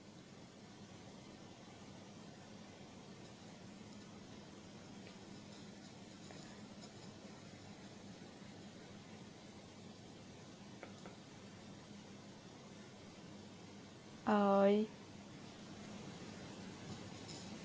uh